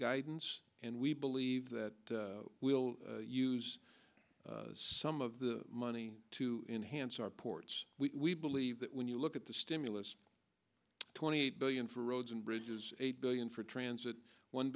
guidance and we leave that we'll use some of the money to enhance our ports we believe that when you look at the stimulus twenty eight billion for roads and bridges eight billion for transit one